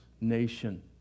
nation